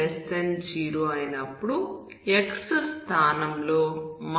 x0 అయినప్పుడు x స్థానంలో x ని పెడతాము